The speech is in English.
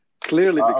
Clearly